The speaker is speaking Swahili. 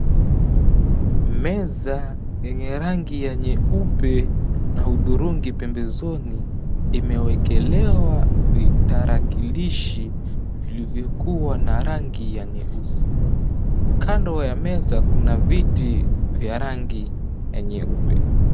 Meza yenye rangi ya nyeupe na udhurungi pembezoni, imewekelewa vitarakilishi vilivyokuwa na rangi ya nyeusi. Kando ya meza kuna viti vya rangi ya nyeupe.